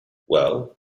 well